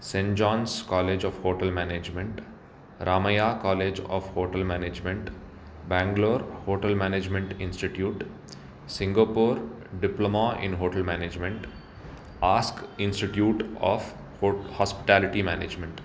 saint John's college of hotel management Ramaiah college of hotel management Bangalore hotel management institute Singapore diploma in hotel management ASK institute of hospitality management